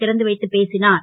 றந்து வைத்து பேசினார்